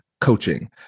coaching